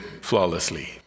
flawlessly